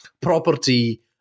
property